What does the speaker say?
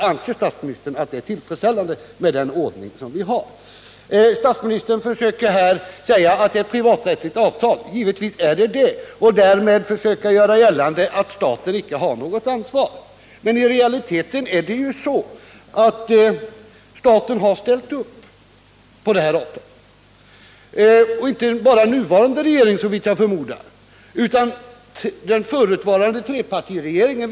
Anser statsministern att det är tillfredsställande med den ordning som vi har? Statsministern säger här att det är ett privaträttsligt avtal, och givetvis förhåller det sig så. Han försöker därmed göra gällande att staten icke har något ansvar. Men i realiteten är det ju så, att staten har ställt upp på detta avtal — och inte bara den nuvarande regeringen, förmodar jag, utan även den förutvarande trepartiregeringen.